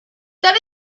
that